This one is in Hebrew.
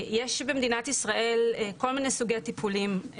יש במדינת ישראל כל מיני סוגי טיפולים.